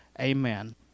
Amen